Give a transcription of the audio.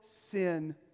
sin